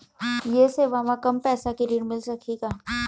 ये सेवा म कम पैसा के ऋण मिल सकही का?